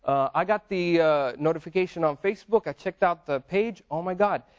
i got the notification on facebook, i checked out the page, oh my god!